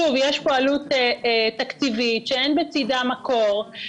שוב, יש פה עלות תקציבית, שאין בצדה מקור.